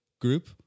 Group